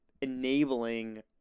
enabling